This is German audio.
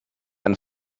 ein